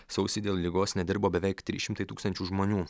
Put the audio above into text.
sausį dėl ligos nedirbo beveik trys šimtai tūkstančių žmonių